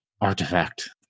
artifact